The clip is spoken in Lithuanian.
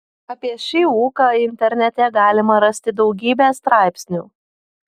apie šį ūką internete galima rasti daugybę straipsnių